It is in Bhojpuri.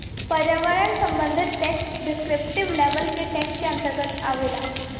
पर्यावरण संबंधी टैक्स डिस्क्रिप्टिव लेवल के टैक्स के अंतर्गत आवेला